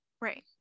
Right